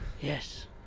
Yes